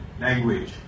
language